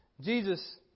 Jesus